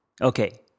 Okay